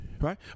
Right